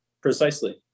precisely